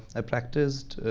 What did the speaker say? i practiced